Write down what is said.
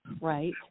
right